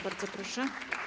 Bardzo proszę.